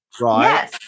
right